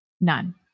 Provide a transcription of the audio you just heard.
none